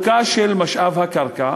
משאב הקרקע,